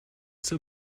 zur